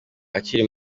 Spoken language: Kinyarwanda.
akiri